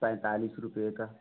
पैंतालीस रुपए का